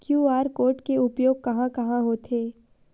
QR code के उपयोग कहां कहां होथे?